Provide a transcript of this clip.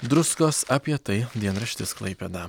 druskos apie tai dienraštis klaipėda